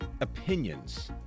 opinions